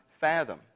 fathom